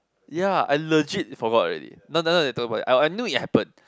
ya I legit forgot already now now now that we talking about it I'll I knew it happen